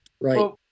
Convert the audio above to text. Right